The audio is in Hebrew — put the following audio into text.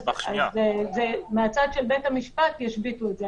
אז מהצד של בית המשפט ישביתו את זה.